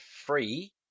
free